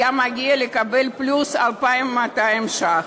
היה מגיע להם לקבל פלוס 2,200 ש"ח.